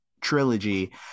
trilogy